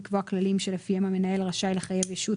לקבוע כללים שלפיהם המנהל רשאי לחייב ישות